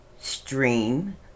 Stream